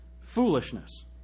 Foolishness